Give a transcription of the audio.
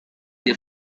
they